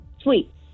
Sweet